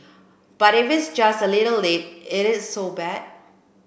but if it's just a little late is it so bad